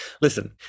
listen